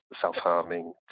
self-harming